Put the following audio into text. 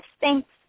thanks